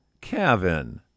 Kevin